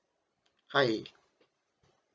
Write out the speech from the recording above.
hi